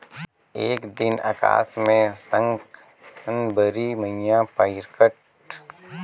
एक दिन अकास मे साकंबरी मईया परगट होईस अउ ढेरे बईरखा होए लगिस